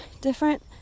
different